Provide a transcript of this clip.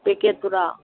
ꯄꯦꯀꯦꯠꯇꯨꯔꯥ